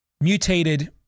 mutated